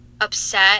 upset